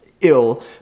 ill